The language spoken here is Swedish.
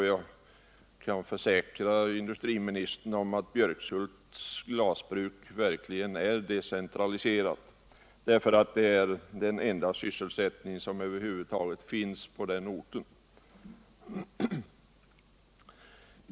Jag kan försäkra industriministern att Björkshults glasbruk verkligen är decentraliserat eftersom det är den enda sysselsättning som över huvud taget finns på den orten.